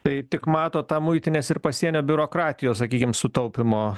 tai tik matot tą muitinės ir pasienio biurokratijos sakykim sutaupymo